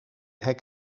hek